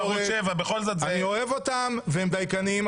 ערוץ 7. אני אוהב אותם והם דייקנים.